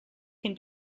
can